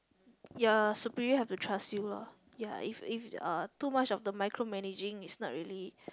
your superior have to trust you lor ya if if uh too much of the micromanaging is not really